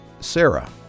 Sarah